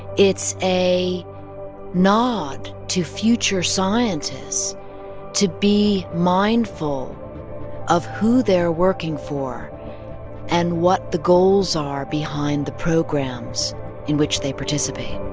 it's a nod to future scientists to be mindful of who they're working for and what the goals are behind the programs in which they participate